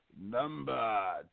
number